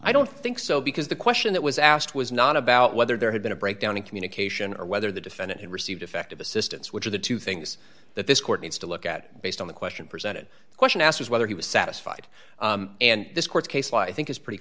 i don't think so because the question that was asked was not about whether there had been a breakdown in communication or whether the defendant had received effective assistance which of the two things that this court needs to look at based on the question presented the question asked was whether he was satisfied and this court case why i think it's pretty